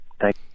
thank